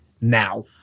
now